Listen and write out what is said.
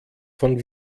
von